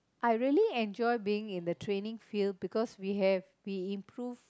I really enjoy being in the training field because we have we improve